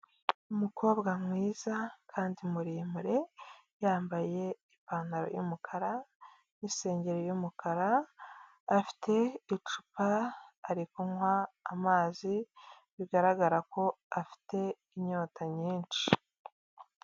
Umukobwa mwiza kandi muremure, yambaye ipantaro y'umukara n'isengeri y'umukara, afite icupa ari kunywa amazi, bigaragara ko afite inyota nyinshi.